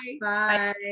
Bye